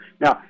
Now